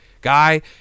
guy